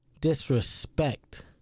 Disrespect